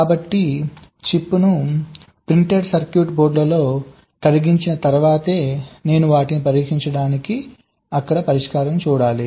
కాబట్టి చిప్ను printed circuit బోర్డ్లో కరిగించిన తర్వాత నేను వాటిని పరీక్షించడానికి అక్కడ పరిష్కారం ఉండాలి